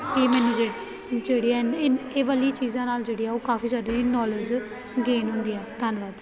ਇਹ ਮੈਨੂੰ ਜੇ ਜਿਹੜੀ ਹਨ ਇਹ ਵਾਲੀ ਚੀਜ਼ਾਂ ਨਾਲ ਜਿਹੜੀ ਹੈ ਉਹ ਕਾਫ਼ੀ ਜ਼ਿਆਦਾ ਨੌਲੇਜ ਗੇਨ ਹੁੰਦੀ ਆ ਧੰਨਵਾਦ